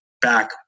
back